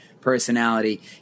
personality